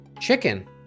Chicken